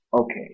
Okay